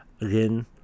again